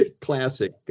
classic